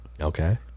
Okay